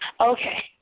Okay